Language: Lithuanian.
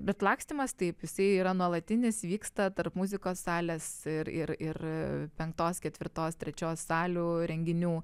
bet lakstymas taip jisai yra nuolatinis vyksta tarp muzikos salės ir ir ir penktos ketvirtos trečios salių renginių